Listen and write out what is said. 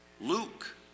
Luke